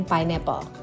Pineapple